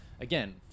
Again